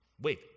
Wait